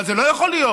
אבל זה לא יכול להיות,